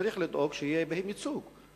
צריך לדאוג שיהיה בהם ייצוג.